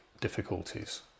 difficulties